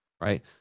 right